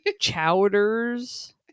Chowders